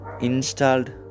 installed